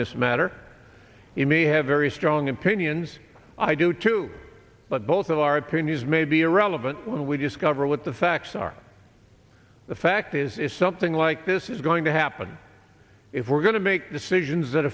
this matter he may have very strong opinions i do too but both of our opinions may be irrelevant when we discover what the facts are the fact is if something like this is going to happen if we're going to make decisions that